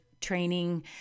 training